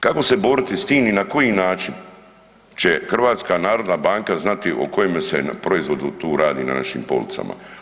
Kako se boriti s tim i na koji način će HNB znati o kojem se proizvodu tu radi na našim policama?